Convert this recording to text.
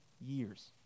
years